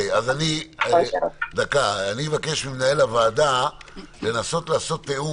אז אני אבקש ממנהל הוועדה לנסות לתאם,